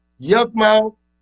Yuckmouth